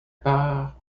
part